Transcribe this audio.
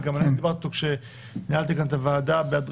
וגם אני דיברתי איתו כשניהלתי כאן את הוועדה בהיעדרך.